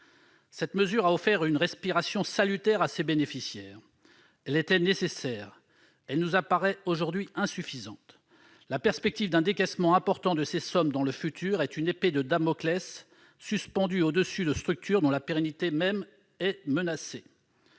Cette mesure a offert une respiration salutaire à ses bénéficiaires. Elle était nécessaire ; elle nous paraît aujourd'hui insuffisante. La perspective d'un décaissement important à venir de ces sommes est comme une épée de Damoclès suspendue au-dessus de structures dont la pérennité est menacée.